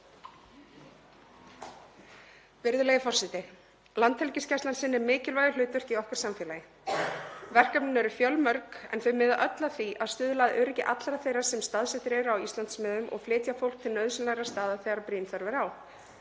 Virðulegi forseti. Landhelgisgæslan sinnir mikilvægu hlutverki í okkar samfélagi. Verkefnin eru fjölmörg en þau miða öll að því að stuðla að öryggi allra þeirra sem staðsettir eru á Íslandsmiðum og flytja fólk til nauðsynlegra staða þegar brýn þörf er á.